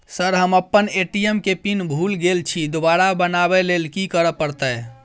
Sir हम अप्पन ATM केँ पिन भूल गेल छी दोबारा बनाबै लेल की करऽ परतै?